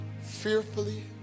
fearfully